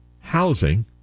housing